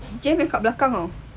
jem dekat belakang oh